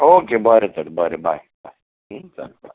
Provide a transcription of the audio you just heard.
okay बरें तर बरें बाय बाय चल बाय